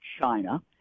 China